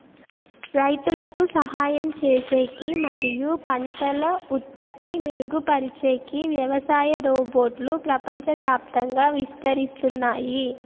రైతులకు సహాయం చేసేకి మరియు పంటల ఉత్పత్తి మెరుగుపరిచేకి వ్యవసాయ రోబోట్లు ప్రపంచవ్యాప్తంగా విస్తరిస్తున్నాయి